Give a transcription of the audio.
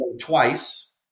twice